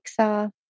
Pixar